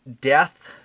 death